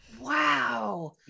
Wow